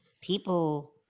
people